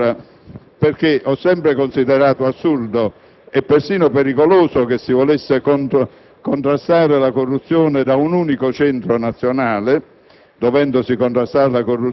già nell'altra legislatura. Ho sempre considerato assurdo e persino pericoloso che si volesse combattere la corruzione da un unico centro nazionale,